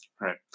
right